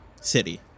city